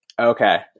Okay